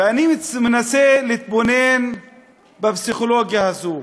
ואני מנסה להתבונן בפסיכולוגיה הזו.